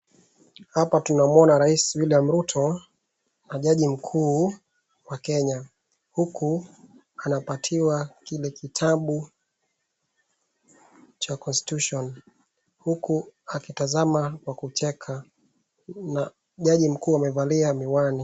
Hapa tunamuona rais William Ruto na jaji mkuu wa Kenya huku anapatiwa kile kitabu cha constitution , huku akitazama kwa kucheka na jaji mkuu amevalia miwani.